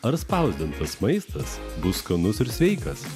ar spausdintas maistas bus skanus ir sveikas